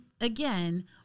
again